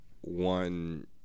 one